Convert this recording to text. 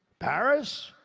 paris?